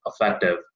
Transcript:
effective